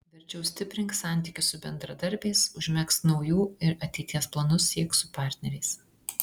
verčiau stiprink santykius su bendradarbiais užmegzk naujų ir ateities planus siek su partneriais